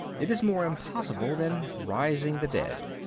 it is more impossible than rising the dead.